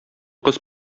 кыз